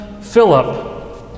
Philip